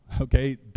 okay